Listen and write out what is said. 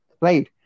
right